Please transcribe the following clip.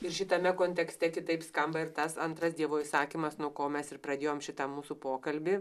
ir šitame kontekste kitaip skamba ir tas antras dievo įsakymas nuo ko mes ir pradėjom šitą mūsų pokalbį